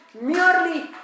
merely